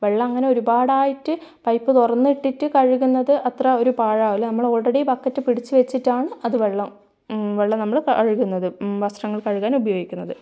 വെള്ളം അങ്ങനെ ഒരുപാടായിട്ട് പൈപ്പ് തുറന്നിട്ടിട്ട് കഴുകുന്നത് അത്ര ഒരു പാഴാവൂല നമ്മൾ ഓൾറെഡി ബക്കറ്റ് പിടിച്ച് വച്ചിട്ടാണ് അത് വെള്ളം വെള്ളം നമ്മൾ കഴുകുന്നത് വസ്ത്രങ്ങൾ കഴുകാൻ ഉപയോഗിക്കുന്നത്